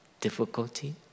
difficulty